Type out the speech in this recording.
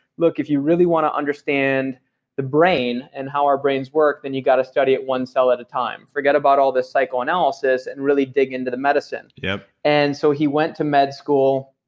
look, if you really want to understand the brain, and how our brains work, then you've got to study it one cell at a time. forgot about all the psychoanalysis, and really dig into the medicine. yep and so he went to med school,